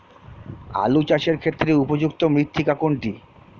আলু চাষের ক্ষেত্রে উপযুক্ত মৃত্তিকা কোনটি?